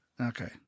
Okay